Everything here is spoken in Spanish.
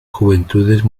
juventudes